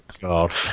God